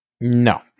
No